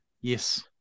Yes